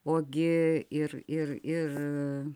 o gi ir ir ir